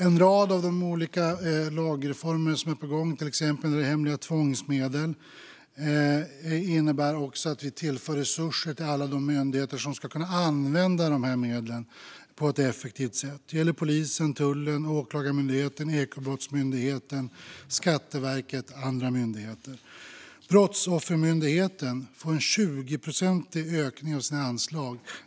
En rad av de olika lagreformer som är på gång, till exempel när det gäller hemliga tvångsmedel, innebär också att vi tillför resurser till alla de myndigheter som ska kunna använda dessa medel på ett effektivt sätt. Det gäller polisen, tullen, Åklagarmyndigheten, Ekobrottsmyndigheten, Skatteverket och andra myndigheter. Brottsoffermyndigheten får en 20-procentig ökning av sina anslag.